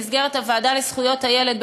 במסגרת הוועדה לזכויות הילד,